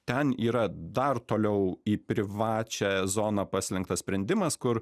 ten yra dar toliau į privačią zoną paslinktas sprendimas kur